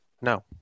No